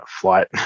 flight